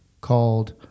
called